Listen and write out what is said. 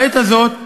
בעת הזאת ה"חמאס"